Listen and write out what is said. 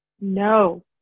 No